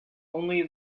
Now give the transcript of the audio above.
only